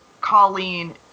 Colleen